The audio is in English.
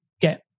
get